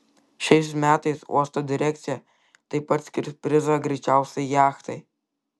šiais metais uosto direkcija taip pat skirs prizą greičiausiai jachtai